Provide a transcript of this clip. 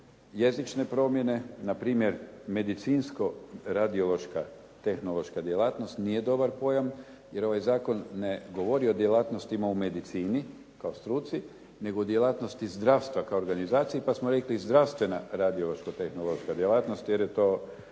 jezične promjene, npr. medicinsko radiološka-tehnološka djelatnost nije dobar pojam, jer ovaj zakon ne govori o djelatnostima u medicini kao struci, nego djelatnosti zdravstva ka organizaciji pa smo rekli zdravstvena radiološko-tehnološka djelatnost, jer je to